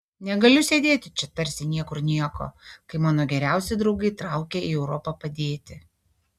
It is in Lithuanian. negaliu sėdėti čia tarsi niekur nieko kai mano geriausi draugai traukia į europą padėti